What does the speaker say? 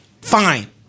fine